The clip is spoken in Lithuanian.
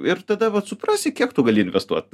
ir tada vat suprasi kiek tu gali investuot